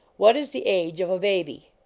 what is the age of a baby?